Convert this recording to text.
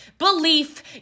Belief